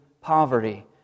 poverty